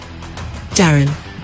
Darren